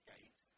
Gate